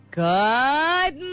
good